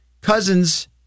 Cousins